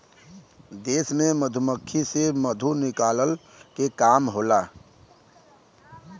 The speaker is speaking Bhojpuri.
देश में मधुमक्खी से मधु निकलला के काम होला